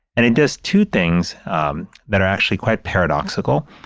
and it does two things um that are actually quite paradoxical,